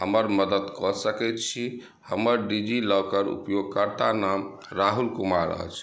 हमर मदत कऽ सकैत छी हमर डिजिलॉकर उपयोगकर्ता नाम राहुल कुमार अछि